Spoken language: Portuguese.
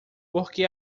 porque